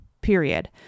period